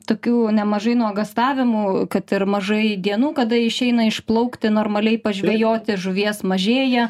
tokių nemažai nuogąstavimų kad ir mažai dienų kada išeina išplaukti normaliai pažvejoti žuvies mažėja